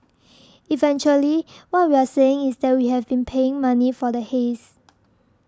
eventually what we are saying is that we have been paying money for the haze